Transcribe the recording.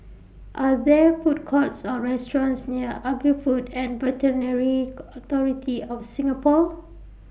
Are There Food Courts Or restaurants near Agri Food and Authority of Singapore